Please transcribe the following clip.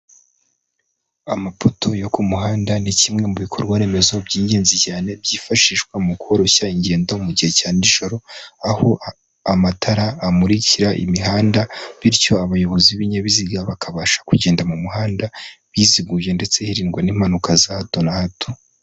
Amapoto yo ku muhanda ni kimwe mu bikorwa remezo by'ingenzi cyane byifashishwa mu koroshya ingendo mu gihe cya nijoro, aho amatara amukira imihanda bityo abayobozi b'ibinyabiziga bakabasha kugenda mu muhanda, biziguye ndetse hirindwa n'impanuka za hato na hato.